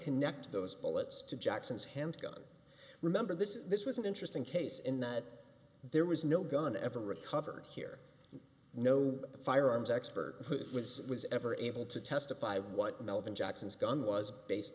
connect those bullets to jackson's handgun remember this this was an interesting case in that there was no gun ever recovered here no firearms expert who was was ever able to testify of what melvin jackson's gun was based